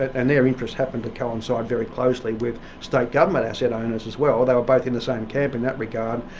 and their interests happened to coincide very closely with state government asset owners as well, they were both in the same camp in that regard,